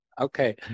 Okay